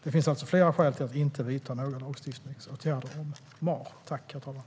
Det finns alltså flera skäl till att inte vidta några lagstiftningsåtgärder om mahr.